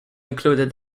included